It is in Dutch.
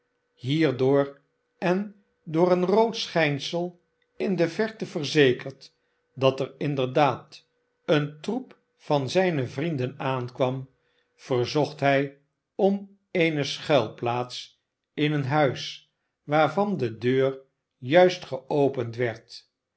hierdoor en door een rood schijnsel in de verte verzekerd dat er inderdaad een troep van zijne vrienden aankwam verzocht hij om eene schuilplaats in een huis waarvan de deur juist geopend werd